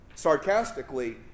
sarcastically